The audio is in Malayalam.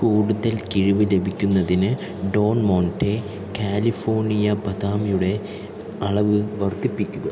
കൂടുതൽ കിഴിവ് ലഭിക്കുന്നതിന് ഡോൺ മോണ്ടെ കാലിഫോർണിയ ബദാംയുടെ അളവ് വർദ്ധിപ്പിക്കുക